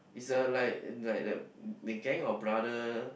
it's a like like a gang of brother